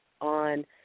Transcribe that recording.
on